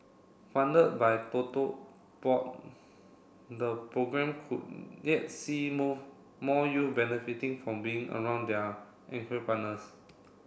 funded by Board the programme could yet see more more youth benefiting from being around their partners